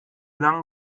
lange